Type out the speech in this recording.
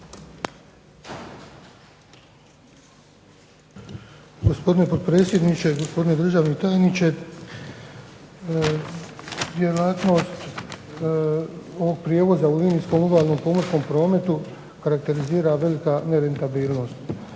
Gospodine potpredsjedniče, gospodine državni tajniče. Vjerojatno ovog prijevoza u linijskom obalnom pomorskom prometu karakterizira velika nerentabilnost,